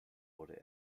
wurde